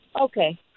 okay